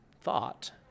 thought